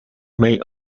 may